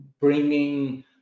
bringing